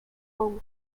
home